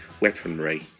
weaponry